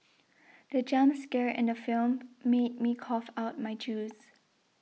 the jump scare in the film made me cough out my juice